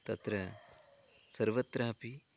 तत्र सर्वत्रापि